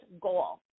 goal